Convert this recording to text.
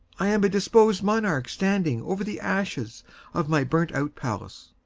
i am a deposed monarch standing over the ashes of my burnt-out palace.